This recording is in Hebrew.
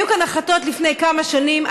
היו כאן החלטות לפני כמה שנים,